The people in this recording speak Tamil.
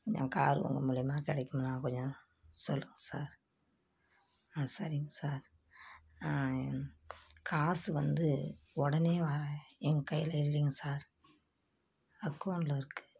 கொஞ்சம் காரு உங்க மூலிமா கிடைக்குமா கொஞ்சம் சொல்லுங்கள் சார் ஆ சரிங்க சார் காசு வந்து உடனே வர எங்கள் கையில் இல்லைங்க சார் அகௌண்ட்டில் இருக்குது